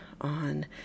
on